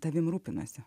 tavimi rūpinasi